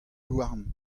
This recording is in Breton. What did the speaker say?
louarn